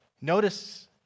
Notice